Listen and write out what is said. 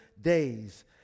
days